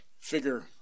figure